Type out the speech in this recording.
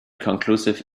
conclusive